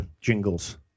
jingles